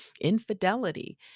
infidelity